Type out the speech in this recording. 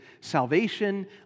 salvation